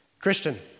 Christian